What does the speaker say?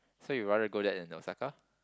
so you rather go there than Osaka